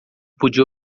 podia